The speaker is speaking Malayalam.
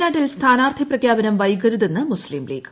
വയനാട്ടിൽ സ്ഥാനാർത്ഥി പ്രഖ്യാപനം വൈകരുതെന്ന് മുസ്തീംലീഗ്